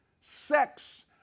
sex